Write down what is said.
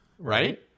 Right